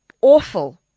awful –